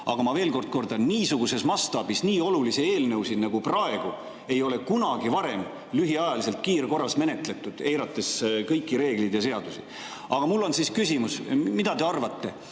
Aga ma veel kord kordan: niisuguses mastaabis nii olulisi eelnõusid nagu praegu ei ole kunagi varem lühiajaliselt kiirkorras menetletud, eirates kõiki reegleid ja seadusi. Aga mul on küsimus. Mida te arvate: